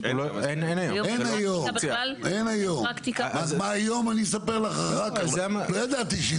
אין היום, אספר לך אחר כך מה היום.